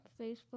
Facebook